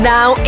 Now